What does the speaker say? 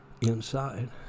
inside